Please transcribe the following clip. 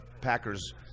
Packers